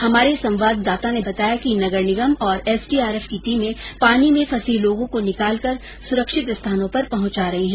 हमारे संवाददाता ने बताया कि नगर निगम और एसडीआरफ की टीमें पानी में फंसे लोगों को निकालकर सुरक्षित स्थानों पर पहुंचा रही हैं